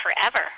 forever